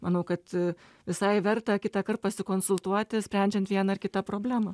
manau kad visai verta kitąkart pasikonsultuoti sprendžiant vieną ar kitą problemą